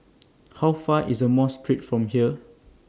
How Far away IS Mosque Street from here